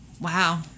Wow